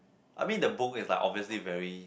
I mean the book is like obviously very